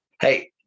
Hey